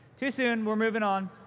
too soon. we're moving on.